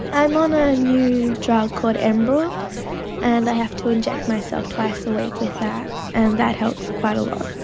i'm on a new drug called enbrel and i have to inject myself twice week with that and that helps quite a lot.